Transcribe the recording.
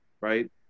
right